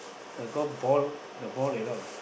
the golf ball the ball at all lah